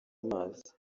amazi